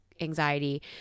anxiety